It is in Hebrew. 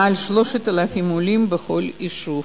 מעל 3,000 עולים בכל יישוב.